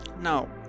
now